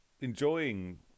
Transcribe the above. enjoying